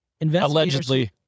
Allegedly